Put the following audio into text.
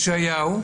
ישעיהו,